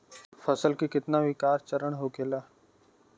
फसल के कितना विकास चरण होखेला?